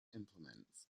implements